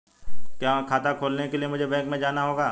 क्या खाता खोलने के लिए मुझे बैंक में जाना होगा?